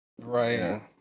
Right